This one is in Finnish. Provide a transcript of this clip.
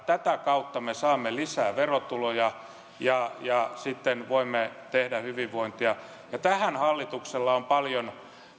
tätä kautta me saamme lisää verotuloja ja ja sitten voimme tehdä hyvinvointia tähän hallituksella on paljon